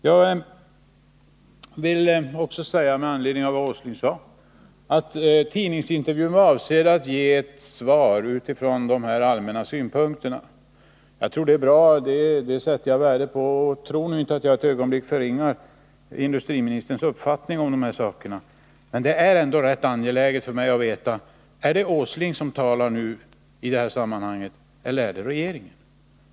Med anledning av Nils Åslings anförande vill jag också säga att tidningsintervjun var avsedd att ge svar på basis av de här allmänna synpunkterna. Tro nu inte för ett ögonblick att jag förringar industriministerns uppfattning om de här sakerna, men det är ändå rätt angeläget för mig att veta: Är det Nils Åsling som talar i det här sammanhanget eller är det regeringen?